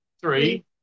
three